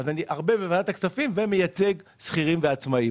אבל אני הרבה בוועדת הכספים ומייצג שכירים ועצמאים